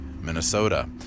Minnesota